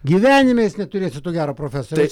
gyvenime jūs neturėsit to gero profesoriaus